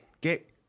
Get